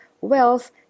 wealth